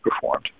performed